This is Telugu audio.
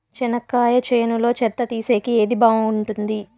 చెనక్కాయ చేనులో చెత్త తీసేకి ఏది బాగుంటుంది?